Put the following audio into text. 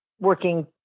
working